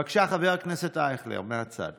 בבקשה, חבר הכנסת אייכלר, מהצד,